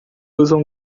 usam